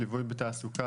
ליווי בתעסוקה,